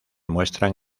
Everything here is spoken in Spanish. muestran